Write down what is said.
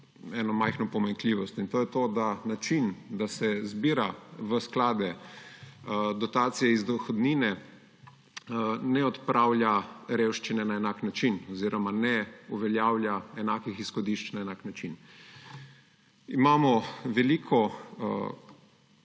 eno majhno pomanjkljivost, in to je, da način, da se zbira v sklade dotacije iz dohodnine, ne odpravlja revščine na enak način oziroma ne uveljavlja enakih izhodišč na enak način. Imamo veliko